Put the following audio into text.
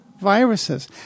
viruses